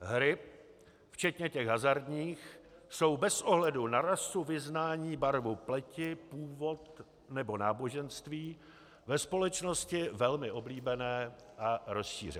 Hry, včetně těch hazardních, jsou bez ohledu na rasu, vyznání, barvu pleti, původ nebo náboženství, ve společnosti velmi oblíbené a rozšířené.